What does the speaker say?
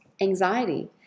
anxiety